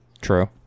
True